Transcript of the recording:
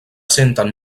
senten